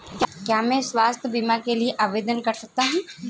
क्या मैं स्वास्थ्य बीमा के लिए आवेदन कर सकता हूँ?